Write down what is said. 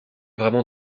vraiment